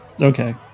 Okay